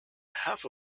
half